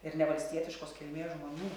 ir ne valstietiškos kilmės žmonių